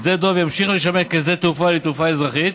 שדה דב ימשיך לשמש שדה תעופה לתעופה אזרחית